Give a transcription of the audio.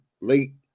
late